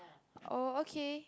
oh okay